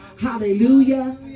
Hallelujah